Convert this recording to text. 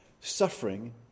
suffering